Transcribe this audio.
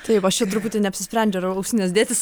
taip aš čia truputį neapsisprendžiu ar ausines dėtis